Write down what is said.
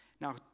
Now